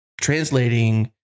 translating